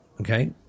Okay